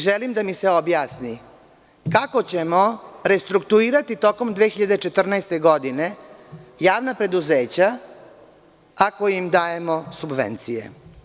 Želim da mi se objasni kako ćemo restrukturirati tokom 2014. godine javna preduzeća, ako im dajemo subvencije.